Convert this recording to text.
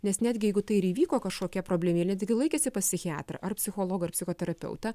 nes netgi jeigu tai ir įvyko kažkokia problemėle taigi laikėsi pas psichiatrą ar psichologą ar psichoterapeutą